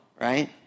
right